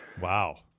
Wow